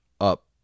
Up